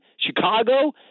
Chicago